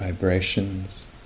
vibrations